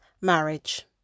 marriage